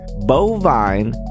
Bovine